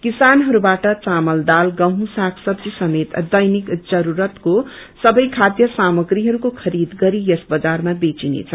किसानहरूबाट चामल दाल गेँदू साग सब्जी समेत दैनिक जरूरत सबै खाथ्य सामग्रीहरूको खरीद गरी यस बजारमा बेचिनेछ